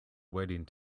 waiting